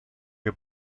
che